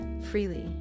freely